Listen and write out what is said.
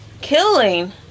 killing